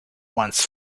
once